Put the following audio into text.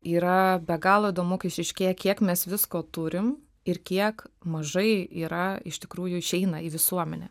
yra be galo įdomu kai išryškėja kiek mes visko turim ir kiek mažai yra iš tikrųjų išeina į visuomenę